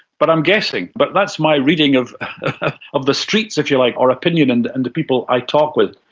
but i'm guessing, but that's my reading of ah of the streets, if you like, or opinion and and the people i talk with.